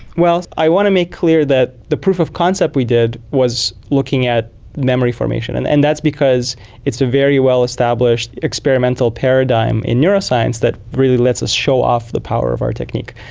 well, i want to make clear that the proof of concept we did was looking at memory formation and and that's because it's a very well established experimental paradigm in neuroscience that really lets us show off the power of our technique.